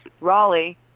Raleigh